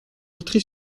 vitry